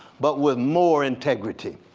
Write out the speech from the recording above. but with more integrity,